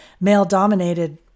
male-dominated